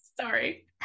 Sorry